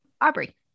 Aubrey